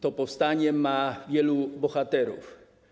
To powstanie ma wielu bohaterów.